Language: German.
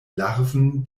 larven